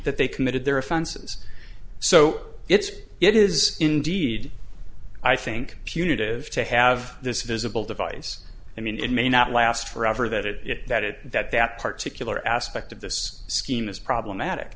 that they committed their offenses so it's it is indeed i think punitive to have this visible device i mean it may not last forever that it that it that that particularly aspect of this scheme is problematic